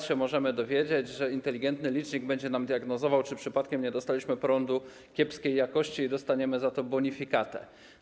Możemy się nawet dowiedzieć, że inteligentny licznik będzie nam diagnozował, czy przypadkiem nie dostaliśmy prądu kiepskiej jakości, i dostaniemy za to bonifikatę.